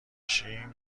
شیم